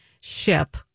ship